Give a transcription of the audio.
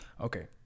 Okay